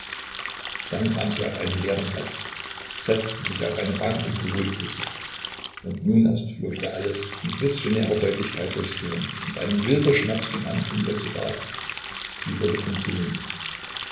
dann kam sie auf einen leeren platz setzte sich auf eine bank und beruhigte sich und nun erst flog ihr alles mit visionärer deutlichkeit durchs gehirn und ein wilder schmerz fing an in ihr zu rasen sie wurde von sinnen